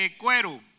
cuero